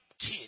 kid